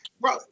bro